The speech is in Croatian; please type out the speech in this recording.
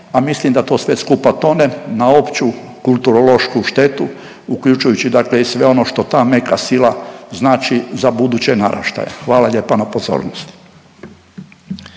a mislim da to sve skupa tone na opću kulturološku štetu uključujući dakle i sve ono što ta meka sila znači za buduće naraštaje. Hvala lijepa na pozornosti.